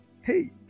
hey